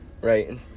right